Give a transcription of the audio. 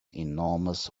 enormous